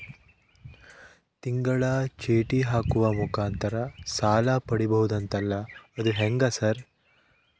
ತಿಂಗಳ ಚೇಟಿ ಹಾಕುವ ಮುಖಾಂತರ ಸಾಲ ಪಡಿಬಹುದಂತಲ ಅದು ಹೆಂಗ ಸರ್?